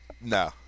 No